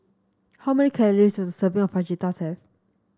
how many calories is a serving of Fajitas have